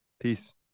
Peace